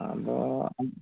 ᱟᱫᱚ